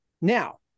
Now